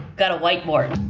got a whiteboard.